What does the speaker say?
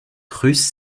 russe